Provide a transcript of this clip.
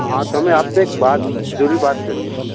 हाँ तो हमें आपसे एक बार ज़रूरी बात करनी थी